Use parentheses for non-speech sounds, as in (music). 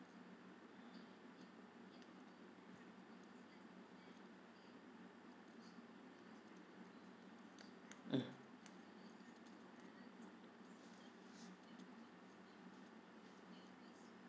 mm (breath)